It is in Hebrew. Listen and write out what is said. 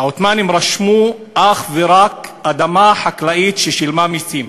העות'מאנים רשמו אך ורק אדמה חקלאית ששילמו עליה מסים.